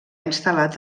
instal·lar